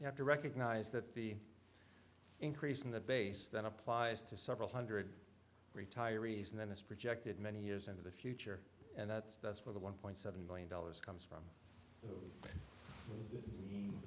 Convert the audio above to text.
you have to recognize that the increase in the base then applies to several hundred retirees and then it's projected many years into the future and that's that's where the one point seven billion dollars comes from